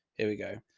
here we go.